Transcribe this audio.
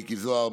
מיקי זוהר,